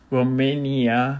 Romania